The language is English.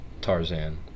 Tarzan